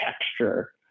texture